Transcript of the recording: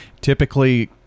typically